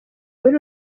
muri